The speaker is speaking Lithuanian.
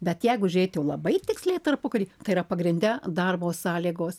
bet jeigu žėt jau labai tiksliai tarpukary tai yra pagrinde darbo sąlygos